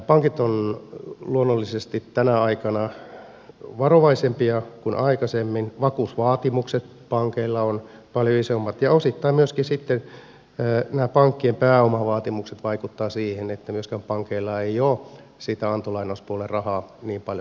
pankit ovat luonnollisesti tänä aikana varovaisempia kuin aikaisemmin vakuusvaatimukset pankeilla on paljon isommat ja osittain myöskin nämä pankkien pääomavaatimukset vaikuttavat siihen että myöskään pankeilla ei ole sitä antolainauspuolen rahaa niin paljon kuin aikaisemmin